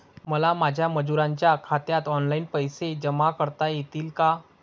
मला माझ्या मजुरांच्या खात्यात ऑनलाइन पैसे जमा करता येतील का?